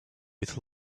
with